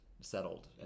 settled